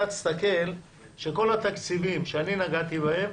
אתה תסתכל שכל התקציבים שאני נגעתי בהם